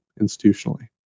institutionally